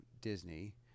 Disney